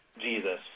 jesus